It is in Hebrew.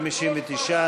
59,